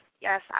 Yes